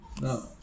No